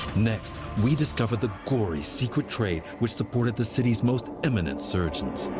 next, we discover the gory secret trade which supported the city's most eminent surgeons.